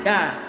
God